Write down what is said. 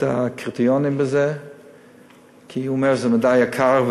הקריטריונים בזה כי הוא אומר שזה מדי יקר,